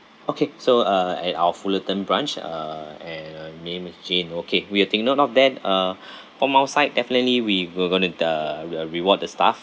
okay so uh at our fullerton branch at a and uh name is jane okay we will take note of that uh from our side definitely we will going to the re~ uh reward the staff